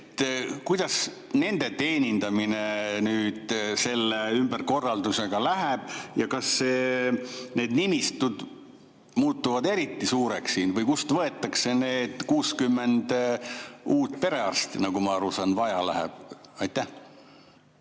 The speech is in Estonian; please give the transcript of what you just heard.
Kuidas nende teenindamine nüüd selle ümberkorraldusega läheb ja kas need nimistud muutuvad eriti suureks? Või kust võetakse need 60 uut perearsti, keda, nagu ma aru saan, vaja läheb? Hea